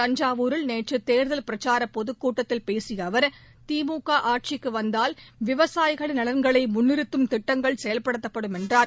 தஞ்சாவூரில் நேற்று தேர்தல் பிரச்சாரப் பொதுக்கூட்டத்தில் பேசிய அவர் திமுக ஆட்சிக்கு வந்தால் விவசாயிகளின் நலன்களை முன்னிறுத்தும் திட்டங்கள் செயல்படுத்தப்படும் என்றார்